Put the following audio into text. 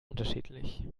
unterschiedlich